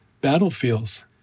battlefields